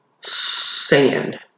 sand